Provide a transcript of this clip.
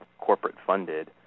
corporate-funded